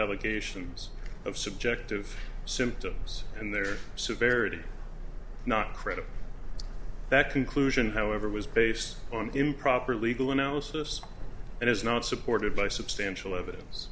allegations of subjective symptoms and their severity not credible that conclusion however was based on improper legal analysis and is not supported by substantial evidence